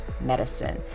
Medicine